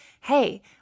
Hey